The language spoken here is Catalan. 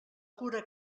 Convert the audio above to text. cura